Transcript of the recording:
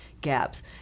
gaps